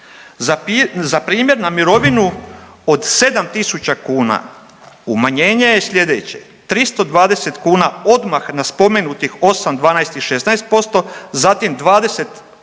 Za primjer na mirovinu od 7.000 kuna umanjenje je slijedeće, 320 kuna odmah na spomenutih 8, 12 i 16%, zatim 20%